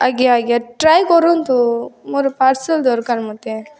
ଆଜ୍ଞା ଆଜ୍ଞା ଟ୍ରାଏ କରନ୍ତୁ ମୋର ପାର୍ସଲ୍ ଦରକାର ମୋତେ